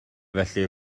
felly